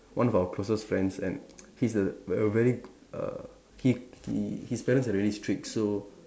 one of our closest friends and he's a a very err he he his parents are really strict so